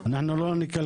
אנחנו לא נקלקל.